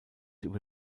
über